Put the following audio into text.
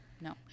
no